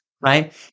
right